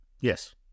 Yes